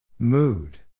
Mood